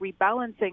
rebalancing